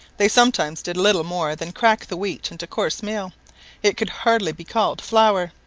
they sometimes did little more than crack the wheat into coarse meal it could hardly be called flour.